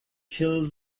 kills